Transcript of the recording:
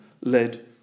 led